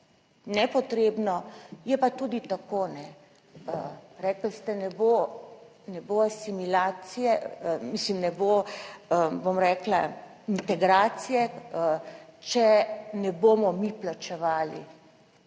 nepotrebno. Je pa tudi tako, rekli ste, ne bo asimilacije, mislim, ne bo, bom rekla, integracije, če ne bomo mi plačevali